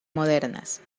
modernas